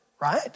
Right